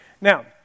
Now